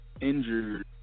Injured